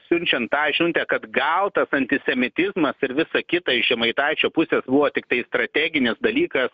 siunčiant tą žinutę kad gal tas antisemitizmas ir visa kita iš žemaitaičio pusės buvo tiktai strateginis dalykas